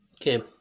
Okay